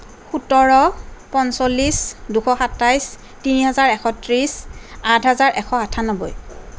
সোতৰ পঞ্চলিছ দুশ সাতাইছ তিনি হেজাৰ এশ ত্ৰিছ আঠ হাজাৰ এশ আঠান্নব্বৈ